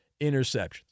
interceptions